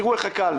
תראו איך הקלנו.